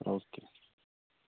okay